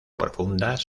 profundas